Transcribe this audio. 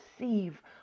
receive